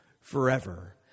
forever